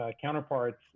counterparts